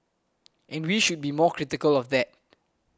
and we should be more critical of that